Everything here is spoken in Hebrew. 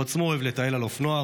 הוא עצמו אוהב לטייל על אופנוע,